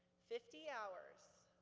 fifty hours.